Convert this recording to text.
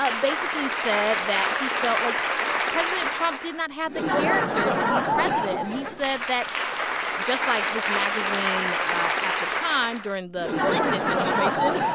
ah basically said that he felt like president trump did not have the character to be president. and he said that just like this magazine ah at the time, during the clinton administration,